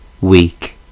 weak